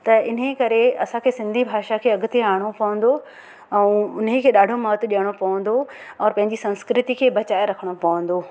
त इन्हीअ करे असांखे सिंधी भाषा खे अॻिते आणणो पवंदो ऐं उन खे ॾाढो महत्व ॾियणो पवंदो और पंहिंजी संस्कृति खे बचाए रखणो पवंदो